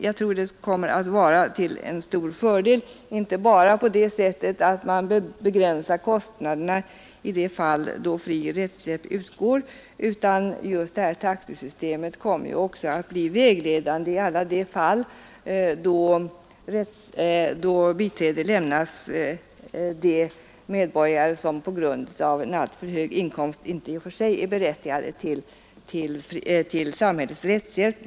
Jag tror att det kommer att vara till stor fördel inte bara på det sättet att kostnaderna begränsas i de fall då fri rättshjälp utgår, utan taxesystemet kommer också att bli vägledande i alla de fall då biträde lämnas medborgare som på grund av alltför höga inkomster i och för sig inte är berättigade till samhällets rättshjälp.